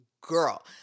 girl